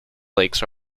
lakes